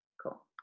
Cool